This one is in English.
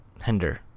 Hender